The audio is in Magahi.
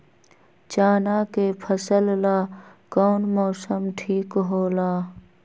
चाना के फसल ला कौन मौसम ठीक होला?